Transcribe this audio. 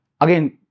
again